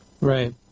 right